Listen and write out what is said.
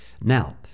Now